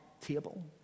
table